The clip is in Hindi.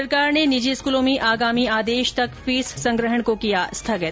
सरकार ने निजी स्कूलों में आगामी आदेश तक फीस संग्रहण को किया स्थगित